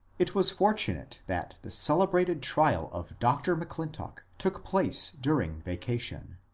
it was fortunate that the celebrated trial of dr. m'clintock took place during vacation.